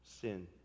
sin